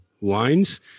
wines